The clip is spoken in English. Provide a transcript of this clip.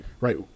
Right